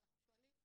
ולא מבינה.